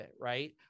right